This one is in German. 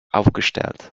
aufgestellt